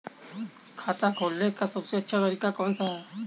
खाता खोलने का सबसे अच्छा तरीका कौन सा है?